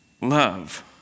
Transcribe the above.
love